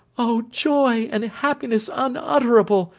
oh, joy and happiness unutterable,